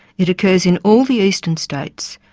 it occurs in all the eastern states,